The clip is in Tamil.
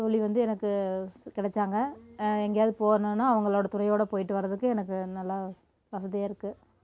தோழி வந்து எனக்கு கிடச்சாங்க எங்கேயாவது போகணும்னா அவங்களோடய துணையோடய போயிட்டு வர்கிறதுக்கு எனக்கு நல்லா வசதியாக இருக்குது